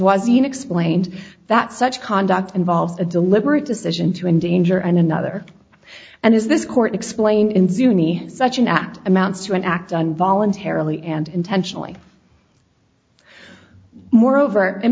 was seen explained that such conduct involves a deliberate decision to endanger an another and is this court explain in sunni such an act amounts to an act on voluntarily and intentionally moreover